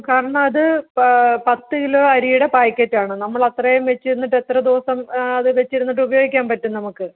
കാരണം അത് പാ പത്തു കിലോ അരീടെ പാക്കറ്റാണ് നമ്മളത്രേം വെച്ചിരുന്നിട്ട് എത്രദിവസം അത് വെച്ചിരുന്നിട്ട് ഉപയോഗിക്കാൻ പറ്റും നമുക്ക്